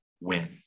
win